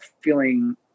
feeling